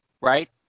Right